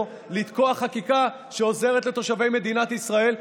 לתקוע חקיקה שעוזרת לתושבי מדינת ישראל.